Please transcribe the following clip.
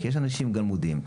כי יש אנשים גלמודים.